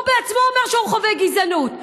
והוא בעצמו אומר שהוא חווה גזענות.